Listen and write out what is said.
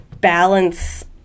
balance